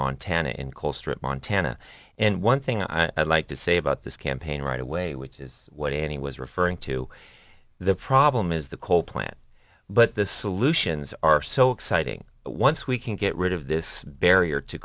colstrip montana and one thing i'd like to say about this campaign right away which is what ne was referring to the problem is the coal plant but the solutions are so exciting once we can get rid of this barrier to